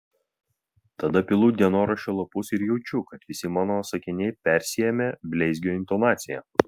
tada pilu dienoraščio lapus ir jaučiu kad visi mano sakiniai persiėmę bleizgio intonacija